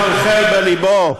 מחלחל בלבו,